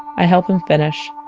i help him finish.